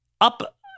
up